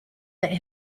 that